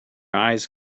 eyes